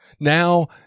Now